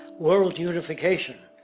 world unification,